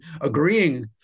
agreeing